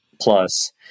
plus